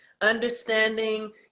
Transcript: understanding